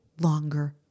longer